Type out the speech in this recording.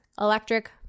electric